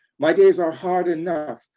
my days are hard enough.